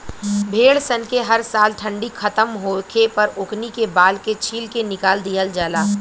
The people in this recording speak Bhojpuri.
भेड़ सन के हर साल ठंडी खतम होखे पर ओकनी के बाल के छील के निकाल दिहल जाला